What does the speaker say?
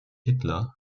hitler